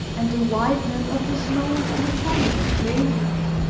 and the whiteness of the snows on the summits of glaciers.